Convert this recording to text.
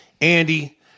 Andy